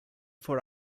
for